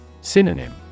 Synonym